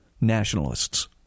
nationalists